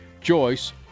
Joyce